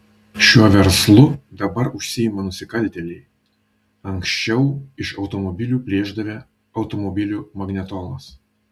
šiuo verslu dabar užsiima nusikaltėliai anksčiau iš automobilių plėšdavę automobilių magnetolas